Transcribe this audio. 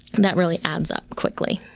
and that really adds up quickly.